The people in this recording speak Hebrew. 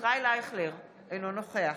ישראל אייכלר, אינו נוכח